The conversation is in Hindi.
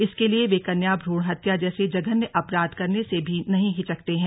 इसके लिए वे कन्या भ्रूण हत्या जैसे जघन्य अपराध करने से भी नहीं हिचकते हैं